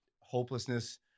hopelessness